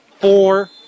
Four